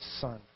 son